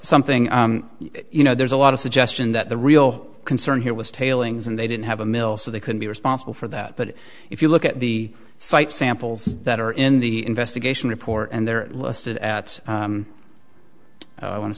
something you know there's a lot of suggestion that the real concern here was tailings and they didn't have a mill so they could be responsible for that but if you look at the site samples that are in the investigation report and they're listed at i want to